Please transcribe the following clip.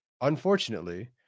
unfortunately